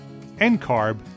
NCARB